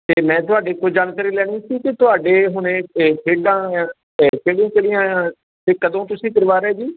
ਅਤੇ ਮੈਂ ਤੁਹਾਡੇ ਕੋਲ ਜਾਣਕਾਰੀ ਲੈਣੀ ਸੀ ਕਿ ਤੁਹਾਡੇ ਹੁਣੇ ਇਹ ਖੇਡਾਂ ਕਿਹੜੀਆਂ ਕਿਹੜੀਆਂ ਅਤੇ ਕਦੋਂ ਤੁਸੀਂ ਕਰਵਾ ਰਹੇ ਜੀ